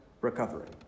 recovering